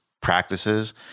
practices